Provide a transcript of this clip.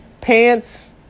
Pants